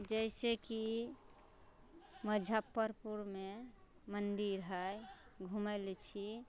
जैसे कि मजफ्फरपुरमे मन्दिर हय घुमल छी